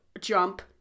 jump